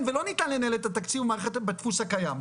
לא ניתן לנהל את מערכת החינוך בדפוס הקיים,